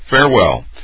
farewell